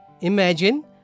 Imagine